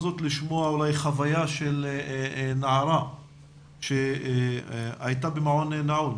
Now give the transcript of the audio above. זאת חוויה של נערה שהייתה במעון נעול,